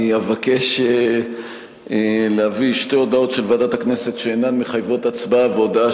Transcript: אני אבקש להביא שתי הודעות של ועדת הכנסת שאינן מחייבות הצבעה,